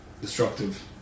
destructive